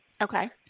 Okay